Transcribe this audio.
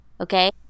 okay